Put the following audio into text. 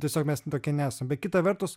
tiesiog mes tokie nesam bet kita vertus